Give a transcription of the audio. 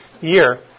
year